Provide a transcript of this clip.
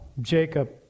Jacob